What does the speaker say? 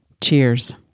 cheers